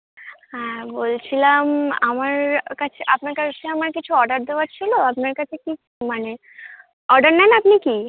বলছিলাম আমার কাছে আপনার কাছে আমার কিছু অর্ডার দেওয়ার ছিলো আপনার কাছে কি মানে অর্ডার নেন আপনি কি